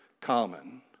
common